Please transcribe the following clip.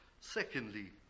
Secondly